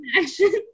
action